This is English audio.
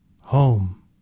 Home